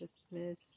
dismiss